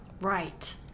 Right